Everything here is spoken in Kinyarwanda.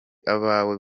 abawe